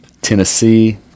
Tennessee